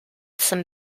some